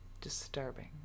Disturbing